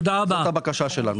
זאת הבקשה שלנו.